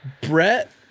Brett